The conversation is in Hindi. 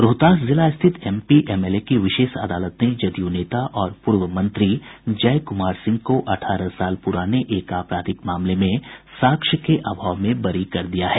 रोहतास जिला स्थित M P M L A की विशेष अदालत ने जदयू नेता और पूर्व मंत्री जय कुमार सिंह को अठारह साल पूराने एक आपराधिक मामले में साक्ष्य के अभाव में बरी कर दिया है